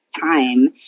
time